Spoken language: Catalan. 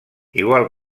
igual